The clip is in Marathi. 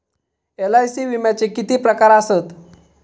एल.आय.सी विम्याचे किती प्रकार आसत?